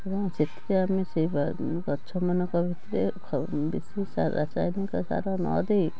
ଏବଂ ଯେତେ ଆମେ ସେ ବା ଗଛମାନଙ୍କ ଭିତେରେ ଖ ବେଶି ସା ରାସାୟନିକ ସାର ନ ଦେଇ